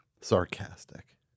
sarcastic